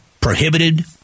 prohibited